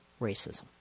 racism